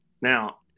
Now